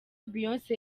beyonce